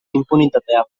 inpunitatea